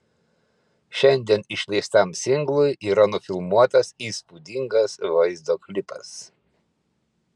šiandien išleistam singlui yra nufilmuotas įspūdingas vaizdo klipas